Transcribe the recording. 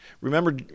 Remember